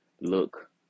look